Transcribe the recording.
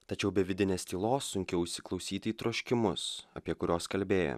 tačiau be vidinės tylos sunkiau įsiklausyti į troškimus apie kuriuos kalbėjo